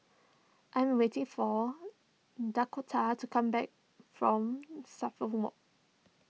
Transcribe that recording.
I'm waiting for Dakotah to come back from Suffolk Walk